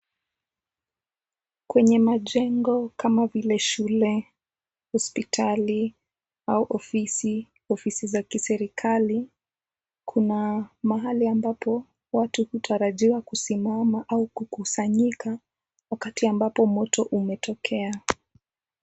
Kwenye majengo kama vile; shule, hospitali au ofisi, ofisi za kiserikali, kuna mahali ambapo watu hutarajiwa kusimama au kukusanyika wakati ambapo moto umetokea.